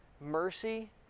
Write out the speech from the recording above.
mercy